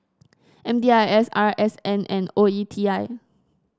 M D I S R S N and O E T I